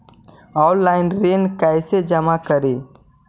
Online ऋण कैसे जमा करी?